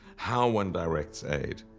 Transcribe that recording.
how one directs aid,